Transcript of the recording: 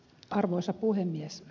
arvoisa puhemies